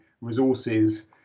resources